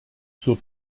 zur